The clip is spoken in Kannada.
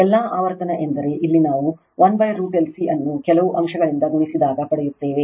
ಎಲ್ಲಾ ಆವರ್ತನ ಎಂದರೆ ಇಲ್ಲಿ ನಾವು 1 √ LC ಅನ್ನುಕೆಲವು ಅಂಶಗಳಿಂದ ಗುಣಿಸಿದಾಗ ಪಡೆದಿದ್ದೇವೆ